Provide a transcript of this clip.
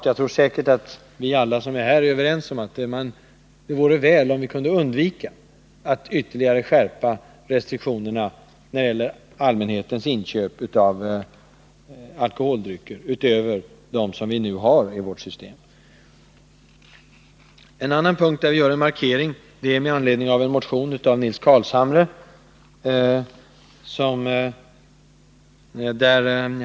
Jag tror säkert att vi alla är överens om att det vore bäst, om vi kunde undvika att ytterligare skärpa restriktionerna när det gäller allmänhetens inköp av alkoholdrycker. På en annan punkt gör vi en markering, med anledning av en motion av Nils Carlshamre.